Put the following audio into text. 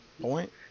point